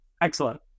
excellent